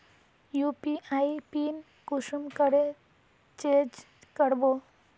UPI pin कुंसम करे change करबो?